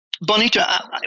Bonita